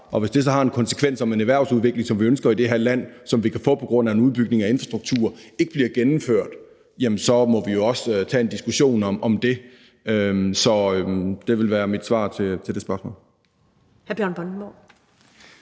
Og hvis det så har den konsekvens, at en erhvervsudvikling, som vi ønsker i det her land, og som vi kan få på grund af en udbygning af infrastrukturen, ikke bliver gennemført, jamen så må vi jo også tage en diskussion om det. Så det vil være mit svar på det spørgsmål.